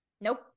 nope